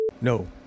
No